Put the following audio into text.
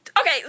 Okay